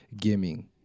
gaming